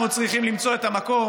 אנחנו צריכים למצוא את המקום